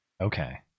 Okay